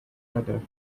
ladder